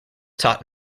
taught